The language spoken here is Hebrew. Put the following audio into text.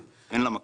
ואין לה מקום.